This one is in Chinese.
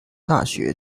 大学